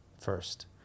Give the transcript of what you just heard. first